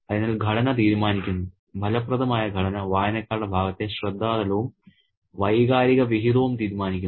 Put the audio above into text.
അതിനാൽ ഘടന തീരുമാനിക്കുന്നു ഫലപ്രദമായ ഘടന വായനക്കാരുടെ ഭാഗത്തെ ശ്രദ്ധാ തലവും വൈകാരിക വിഹിതവും തീരുമാനിക്കുന്നു